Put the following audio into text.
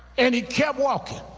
and he kept walking.